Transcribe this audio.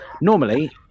Normally